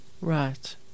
right